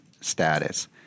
status